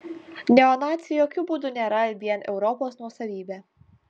neonaciai jokiu būdu nėra vien europos nuosavybė